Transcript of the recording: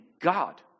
God